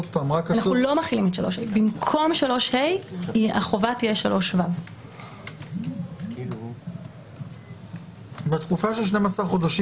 אנחנו לא מחילים את 3ה. במקום 3ה החובה תהיה 3ו. בתקופה של 12 חודשים